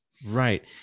Right